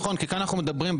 כי כאן אנחנו מדברים,